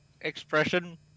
expression